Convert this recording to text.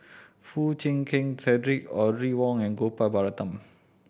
Foo Chee Keng Cedric Audrey Wong and Gopal Baratham